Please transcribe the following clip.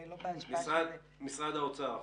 ולא בהשפעה של --- משרד האוצר,